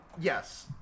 Yes